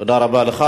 תודה רבה לך.